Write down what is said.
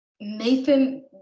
Nathan